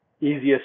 easiest